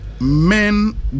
Men